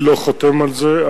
אני לא חותם על זה.